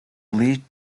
lead